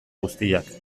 guztiak